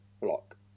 block